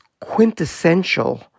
quintessential